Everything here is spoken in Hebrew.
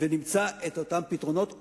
ונמצא את אותם פתרונות,